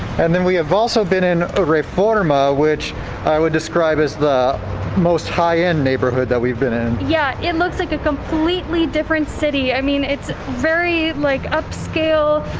and then we have also been in ah reforma, which i would describe as the most high end neighborhood that we've been in. yeah, it looks like a completely different city. i mean, it's very like upscale,